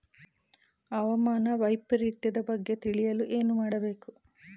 ಹವಾಮಾನ ವೈಪರಿತ್ಯದ ಬಗ್ಗೆ ತಿಳಿಯಲು ಏನು ಮಾಡಬೇಕು?